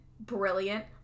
Brilliant